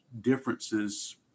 differences